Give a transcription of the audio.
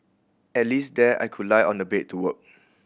at least there I could lie on the bed to work